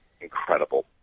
incredible